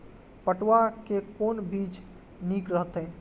पटुआ के कोन बीज निक रहैत?